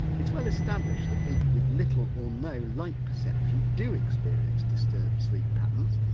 it's well established that people with little or no light perception do experience disturbed sleep patterns.